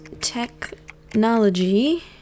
technology